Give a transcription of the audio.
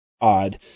odd